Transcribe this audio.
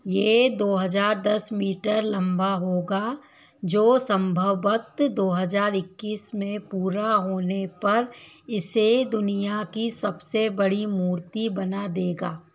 ये दो हज़ार दस मीटर लंबा होगा जो संभव बत दो हज़ार इक्कीस में पूरा होने पर इसे दुनिया की सबसे बड़ी मूर्ति बना देगा